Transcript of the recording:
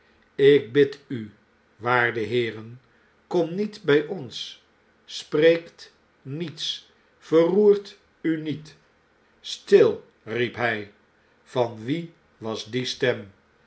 lk bid u waarde heeren komt niet bij ons spreekt niets verroert u niet stil riep hij van wie was die stem